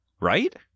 Right